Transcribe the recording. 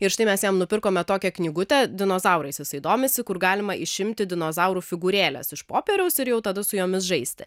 ir štai mes jam nupirkome tokią knygutę dinozaurais jisai domisi kur galima išimti dinozaurų figūrėles iš popieriaus ir jau tada su jomis žaisti